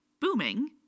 booming